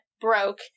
broke